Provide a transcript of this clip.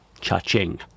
cha-ching